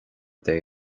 they